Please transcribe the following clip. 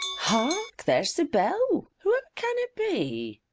hark! there's the bell. whoever can it be?